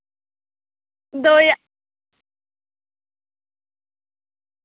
दौ ज्हार